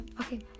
Okay